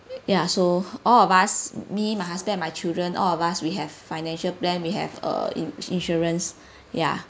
ya so all of us me my husband and my children all of us we have financial plan we have err in insurance ya